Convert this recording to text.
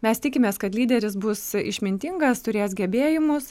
mes tikimės kad lyderis bus išmintingas turės gebėjimus